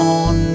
on